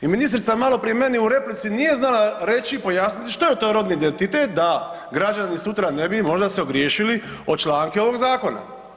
I ministrica maloprije u replici nije znala reći, pojasniti što je to rodni identitet, da građani sutra ne bi možda se ogriješili o članke ovog zakona.